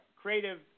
creative